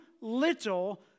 little